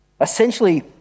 Essentially